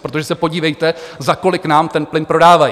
Protože se podívejte, za kolik nám ten plyn prodávají.